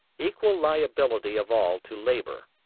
equal liability of all to labour.